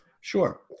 Sure